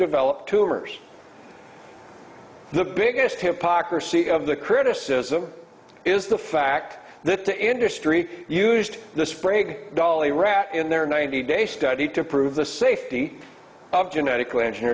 develop tumors the biggest hypocrisy of the criticism is the fact that the industry used the sprague dolly rat in their ninety day study to prove the safety of